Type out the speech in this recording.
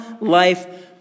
life